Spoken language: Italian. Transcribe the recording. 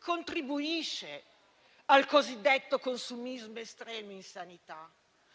contribuisce al cosiddetto consumismo estremo in sanità.